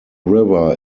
river